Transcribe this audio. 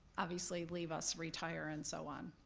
obviously, leave us, retire, and so on.